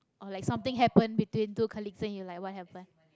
or like something happen between two colleagues and you like what happen